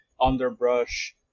underbrush